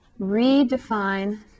redefine